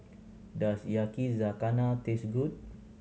does Yakizakana taste good